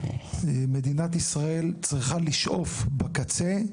מדינת ישראל צריכה לשאוף, בקצה,